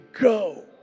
go